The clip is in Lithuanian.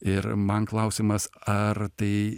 ir man klausimas ar tai